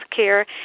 healthcare